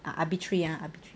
ah arbitrary arbitrary